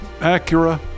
Acura